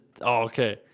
okay